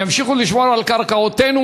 ימשיכו לשמור על קרקעותינו,